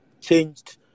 changed